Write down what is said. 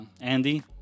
Andy